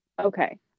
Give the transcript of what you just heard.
Okay